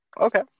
Okay